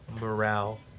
morale